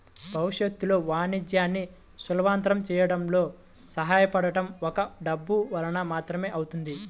భవిష్యత్తులో వాణిజ్యాన్ని సులభతరం చేయడంలో సహాయపడటం ఒక్క డబ్బు వలన మాత్రమే అవుతుంది